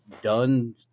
done